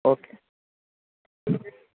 okay